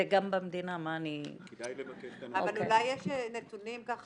זה גם במדינה מה אני --- אבל אולי יש נתונים יותר